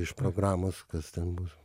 iš programos kas ten bus